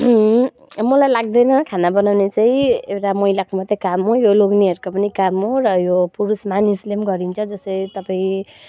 मलाई लाग्दैन खाना बनाउने चाहिँ एउटा महिलाको मात्रै काम हो यो लोग्नेहरूको पनि काम हो र यो पुरुष मानिसले पनि गरिन्छ जस्तै तपाईँ